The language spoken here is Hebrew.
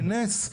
בנס,